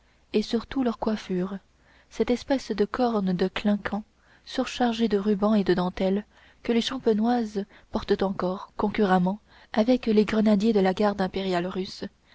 et surtout leur coiffure cette espèce de corne de clinquant surchargée de rubans et de dentelles que les champenoises portent encore concurremment avec les grenadiers de la garde impériale russe